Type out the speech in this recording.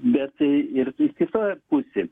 bet irgi kita pusė